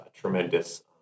tremendous